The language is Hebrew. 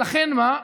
ולכן מה?